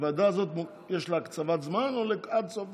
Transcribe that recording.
הוועדה הזאת, יש לה הקצבת זמן או עד סוף